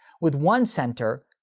with one center.